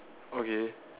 okay